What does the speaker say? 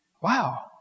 Wow